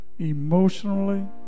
emotionally